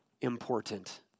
important